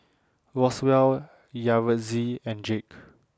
Roswell Yaretzi and Jake